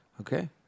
okay